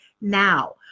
now